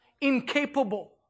incapable